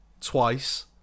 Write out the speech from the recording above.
twice